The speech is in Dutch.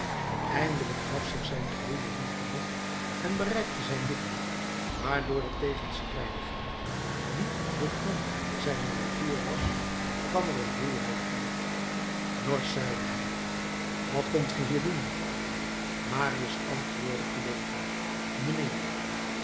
eindelijk gaf zich zijn geheele liefde lucht en bereikte zijn lippen maar door de tegenstrijdigheid die den grond zijner natuur was kwam er een ruwheid uit norsch zeide hij wat komt ge hier doen marius antwoordde verlegen mijnheer